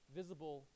visible